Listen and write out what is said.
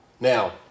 Now